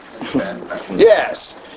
yes